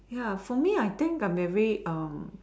ya for me I think I'm very um